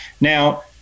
Now